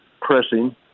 pressing